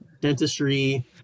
dentistry